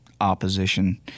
opposition